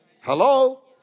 Hello